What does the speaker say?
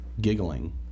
giggling